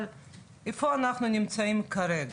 אבל איפה אנחנו נמצאים כרגע?